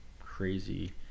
crazy